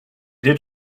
did